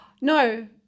No